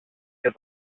και